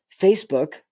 Facebook